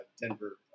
Denver